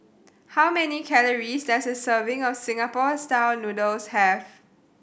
how many calories does a serving of Singapore Style Noodles have